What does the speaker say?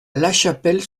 lachapelle